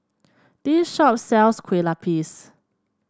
this shop sells Kue Lupis